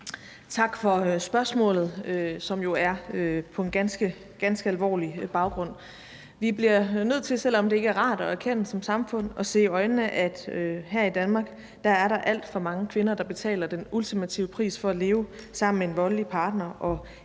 Tak for spørgsmålet, som jo har en ganske alvorlig baggrund. Vi bliver nødt til, selv om det ikke er rart at se i øjnene og erkende som samfund, at her i Danmark er der alt for mange kvinder, der betaler den ultimative pris for at leve sammen med en voldelig partner,